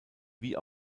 wie